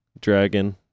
dragon